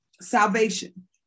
salvation